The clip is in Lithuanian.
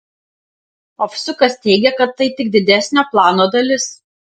ovsiukas teigia kad tai tik didesnio plano dalis